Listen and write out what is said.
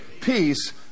peace